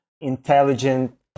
intelligent